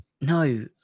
no